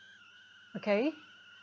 okay